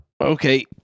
okay